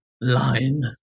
Line